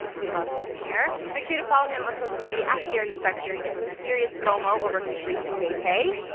we love him here. make sure to follow him on social media at jarrodspector, and get some serious fomo over his recent vacay.